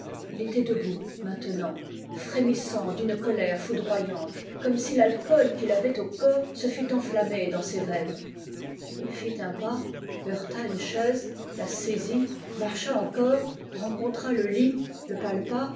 ii était debout maintenant frémissant d'une colère foudroyante comme si l'alcool qu'il avait au corps se fût enflammé dans ses veines ii fit un pas heurta une chaise la saisit marcha encore rencontra le lit le palpa